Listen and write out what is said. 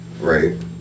Right